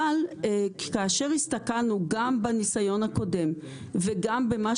אבל כאשר הסתכלנו בניסיון הקודם וגם במה